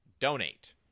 donate